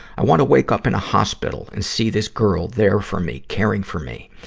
i wanna wake up in a hospital and see this girl there for me, caring for me.